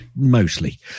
Mostly